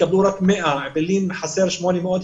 יקבלו רק 100. בבילעין חסרים 800,